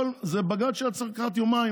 זה בג"ץ שהיה צריך לקחת יומיים.